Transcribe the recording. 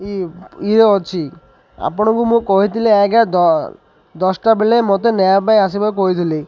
ଇ ଇରେ ଅଛି ଆପଣଙ୍କୁ ମୁଁ କହିଥିଲି ଆଜ୍ଞା ଦଶଟା ବେଳେ ମୋତେ ନେବା ପାଇଁ ଆସିବାକୁ କହିଥିଲି